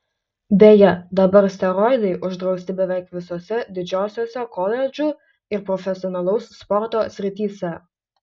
beje dabar steroidai uždrausti beveik visose didžiosiose koledžų ir profesionalaus sporto srityse